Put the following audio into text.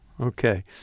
Okay